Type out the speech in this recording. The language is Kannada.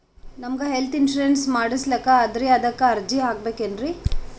ನಮಗ ಹೆಲ್ತ್ ಇನ್ಸೂರೆನ್ಸ್ ಮಾಡಸ್ಲಾಕ ಅದರಿ ಅದಕ್ಕ ಅರ್ಜಿ ಹಾಕಬಕೇನ್ರಿ?